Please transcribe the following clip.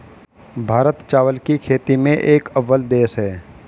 भारत चावल की खेती में एक अव्वल देश है